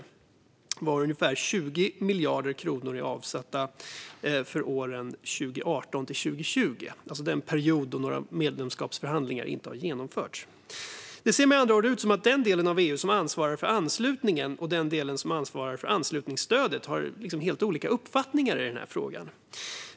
Av dessa är ungefär 20 miljarder kronor avsatta för åren 2018-2020, det vill säga en period då inga medlemskapsförhandlingar genomförs. Det ser med andra ord ut som att den del av EU som ansvarar för anslutningen och den del som ansvarar för anslutningsstödet har helt olika uppfattningar i denna fråga.